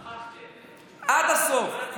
שכחתם, דו-פרצופיות כל כך